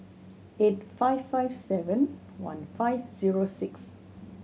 eight five five seven one five zero six